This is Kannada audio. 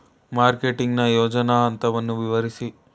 ಮಾರ್ಕೆಟಿಂಗ್ ನ ಯೋಜನಾ ಹಂತವನ್ನು ವಿವರಿಸಿ?